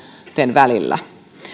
välillä